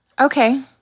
Okay